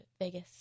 Vegas